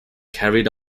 carried